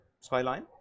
Skyline